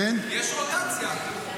יש רוטציה.